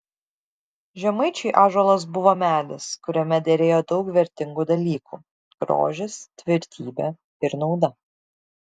žemaičiui ąžuolas buvo medis kuriame derėjo daug vertingų dalykų grožis tvirtybė ir nauda